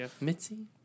Mitzi